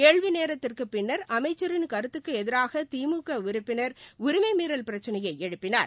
கேள்வி நேரத்திற்குப் பின்னர் அமைச்சின் கருத்துக்கு எதிராக திமுக உறுப்பினர் உரிமை மீறல் பிரச்சினையை எழுப்பினார்